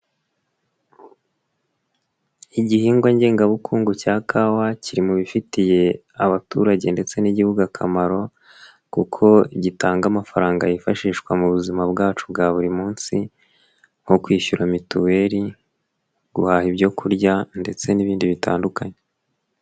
Igihingwa ngengabukungu cya kawa, kiri mu bifitiye abaturage ndetse n'igihugu akamaro kuko gitanga amafaranga yifashishwa mu buzima bwacu bwa buri munsi nko kwishyura mituweri, guhaha ibyo kurya ndetse n'ibindi bitandukanye.